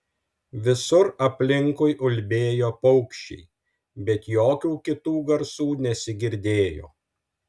visur aplinkui ulbėjo paukščiai bet jokių kitų garsų nesigirdėjo